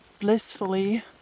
blissfully